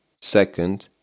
Second